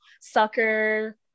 soccer